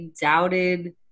doubted